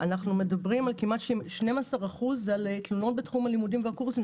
אנחנו על כמעט 12% תלונות בתחום הלימודים והקורסים.